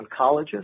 oncologist